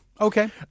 Okay